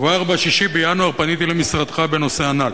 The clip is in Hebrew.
כבר ב-6 בינואר פניתי אל משרדך בנושא הנ"ל.